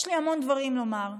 יש לי המון דברים לומר,